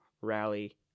rally